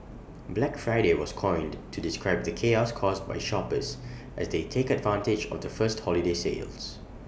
Black Friday was coined to describe the chaos caused by shoppers as they take advantage of the first holiday sales